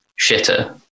shitter